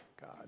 God